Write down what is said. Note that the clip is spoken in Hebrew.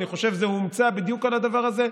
אני חושב שזה הומצא בדיוק על הדבר הזה.